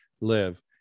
live